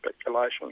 speculation